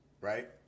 right